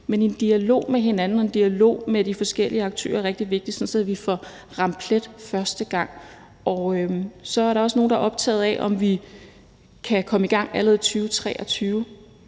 men en dialog med hinanden og en dialog med de forskellige aktører er rigtig vigtig, sådan at vi får ramt plet første gang. Så er der også nogle, der er optaget af, om vi kan komme i gang allerede i 2023.